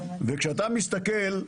כשאתה מסתכל,